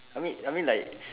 I mean I mean like